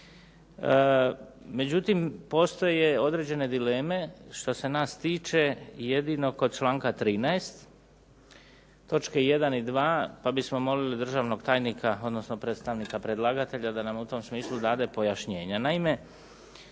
Međutim, postoje određene dileme što se nas tiče, jedino kod članka 13. točke 1. i 2. pa bismo molili državnog tajnika odnosno predstavnika predlagatelja da nam u tom smislu dade pojašnjenje.